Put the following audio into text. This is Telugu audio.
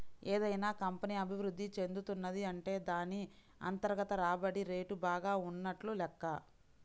ఏదైనా కంపెనీ అభిరుద్ధి చెందుతున్నది అంటే దాన్ని అంతర్గత రాబడి రేటు బాగా ఉన్నట్లు లెక్క